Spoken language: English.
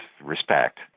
respect